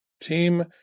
Team